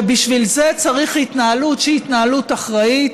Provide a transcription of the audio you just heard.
ובשביל זה צריך התנהלות שהיא התנהלות אחראית,